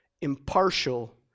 impartial